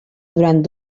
durant